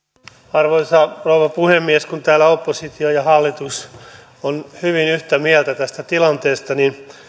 arvoisa rouva puhemies kun täällä oppositio ja hallitus ovat hyvin yhtä mieltä tästä tilanteesta niin